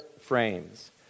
frames